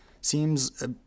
seems